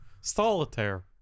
solitaire